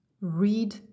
read